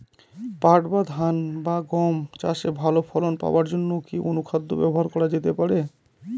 পাট বা ধান বা গম চাষে ভালো ফলন পাবার জন কি অনুখাদ্য ব্যবহার করা যেতে পারে?